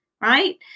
right